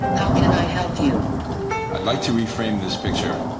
how can i help you? i'd like to reframe this picture.